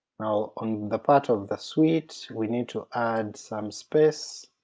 now on the part of the suite we need to add some space,